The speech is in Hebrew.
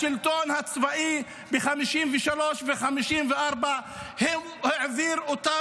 השלטון הצבאי ב-1953 ו-1954 העביר אותם